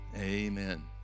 amen